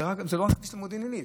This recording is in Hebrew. זה לא רק מכניס למודיעין עילית,